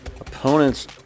Opponents